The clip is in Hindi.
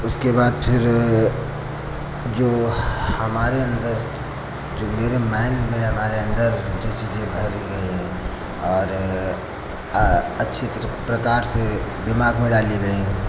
उसके बाद फिर जो हमारे अंदर जो मेरे माइन्ड में हमारे अंदर जो चीज़ें भरी हैं और अच्छे प्रकार से दिमाग में डाली गई हैं